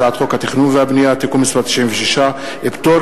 הצעת חוק התכנון והבנייה (תיקון מס' 96) (פטור